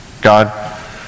God